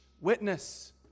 witness